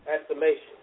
Estimation